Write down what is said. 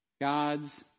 God's